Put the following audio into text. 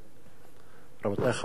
מדובר במעשה נפשע,